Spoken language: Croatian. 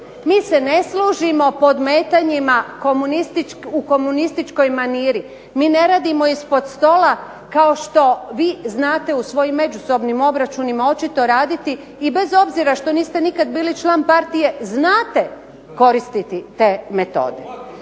Mi se ne služimo podmetanjima u komunističkoj maniri, mi ne radimo ispod stola kao što vi znate u svojim međusobnim obračunima očito raditi i bez obzira što niste nikad bili član Partije znate koristiti te metode.